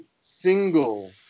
single